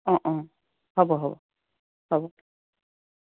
অঁ অঁ হ'ব হ'ব হ'ব